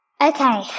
Okay